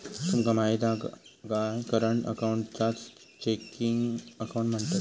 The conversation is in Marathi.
तुमका माहित हा करंट अकाऊंटकाच चेकिंग अकाउंट म्हणतत